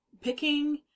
picking